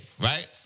right